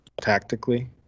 tactically